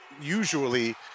usually